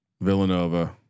Villanova